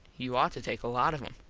you ought to take a lot of em.